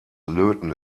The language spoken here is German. löten